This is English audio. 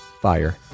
fire